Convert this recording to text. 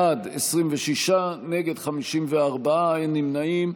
בעד, 26, נגד, 54, אין נמנעים.